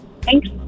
Thanks